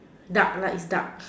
duck likes duck